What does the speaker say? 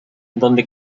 donde